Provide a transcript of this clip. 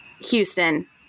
Houston